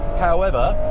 however,